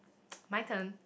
my turn